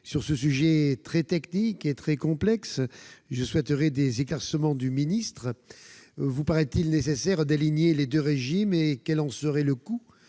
Sur ce sujet très technique et très complexe, je souhaiterais des éclaircissements : monsieur le ministre, vous paraît-il nécessaire d'aligner les deux régimes et quel en serait le coût ?